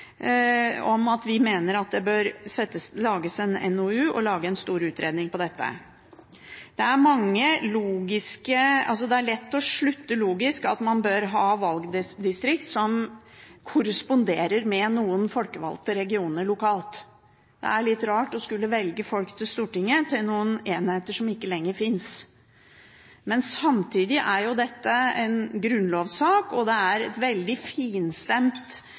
om at det bør, mener vi, lages en NOU, altså lages en stor utredning om dette. Det er lett å slutte logisk at man bør ha valgdistrikter med folkevalgte som korresponderer med regioner lokalt. Det er litt rart å skulle velge folk til Stortinget fra noen enheter som ikke lenger finnes. Samtidig er dette en grunnlovssak. Og det er et veldig finstemt